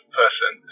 person